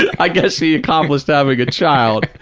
i guess she accomplished having a child.